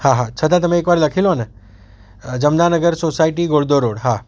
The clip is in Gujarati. હા હા છતાં તમે એકવાર લખી લો ને જમનાનગર સોસાયટી ઘોડદોડ રોડ હા